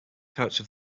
character